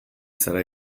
zara